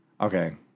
Okay